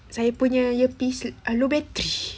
saya punya earpiece uh low battery